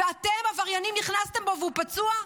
ואתם העבריינים נכנסתם בו והוא פצוע?